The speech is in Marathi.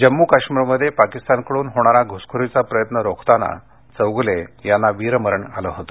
जम्मू काश्मीरमध्ये पाकिस्तानकडून होणारा घुसखोरीचा प्रयत्न रोखताना चौगूले यांना वीरमरण आलं होतं